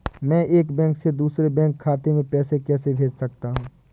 मैं एक बैंक से दूसरे बैंक खाते में पैसे कैसे भेज सकता हूँ?